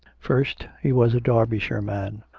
first, he was a derbyshire man,